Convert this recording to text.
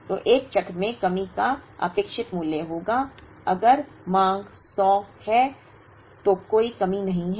तो एक चक्र में कमी का अपेक्षित मूल्य होगा अगर मांग 100 है तो कोई कमी नहीं है